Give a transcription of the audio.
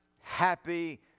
happy